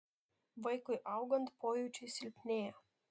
vaikui augant pojūčiai silpnėja